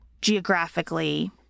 geographically